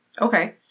Okay